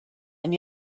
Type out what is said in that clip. and